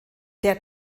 der